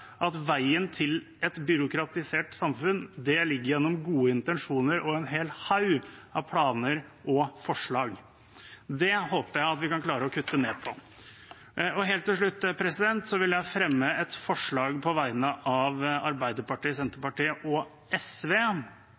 at veien til et byråkratisert samfunn ligger gjennom gode intensjoner og en hel haug av planer og forslag. Det håper jeg vi kan klare å kutte ned på. Helt til slutt vil jeg fremme et forslag på vegne av Senterpartiet.